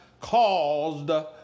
caused